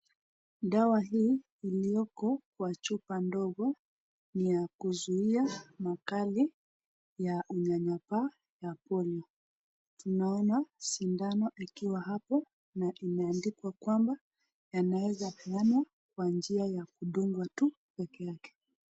Dawa hii iliyoko kwa chupa ndogo ni ya kuzuia makali ya unyanyapaa ya polio. Tunaona sindano ikiwa hapo na imeandikwa kwamba yanaweza peanwa kwa njia ya kudungwa tu pekee yake.